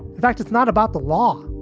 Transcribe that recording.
in fact, it's not about the law.